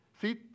see